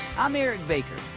i'm erick baker.